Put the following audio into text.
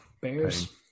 Bears